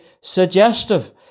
suggestive